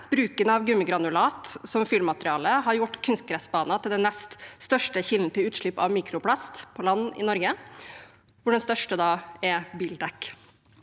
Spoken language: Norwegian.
Bruken av gummigranulat som fyllmateriale har gjort kunstgressbaner til den nest største kilden til utslipp av mikroplast på land i Norge. Den største er bildekk.